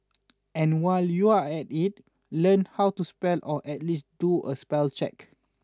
and while you're at it learn how to spell or at least do a spell check